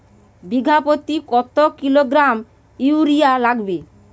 বিঘাপ্রতি কত kilogram urea লাগবে?